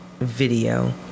video